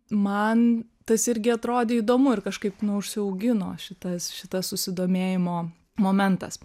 man tas irgi atrodė įdomu ir kažkaip nu užsiaugino šitas šitas susidomėjimo momentas